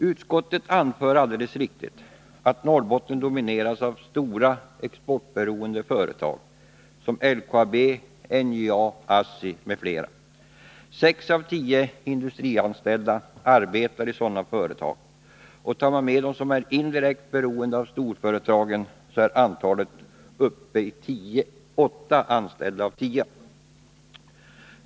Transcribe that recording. Utskottet anför alldeles riktigt att Norrbotten domineras av stora, exportberoende företag — LKAB, NJA, ASSI m.fl. Sex av tio industrianställda arbetar i sådana företag. Tar man med dem som indirekt är beroende av storföretagen, är antalet uppe i åtta av tio.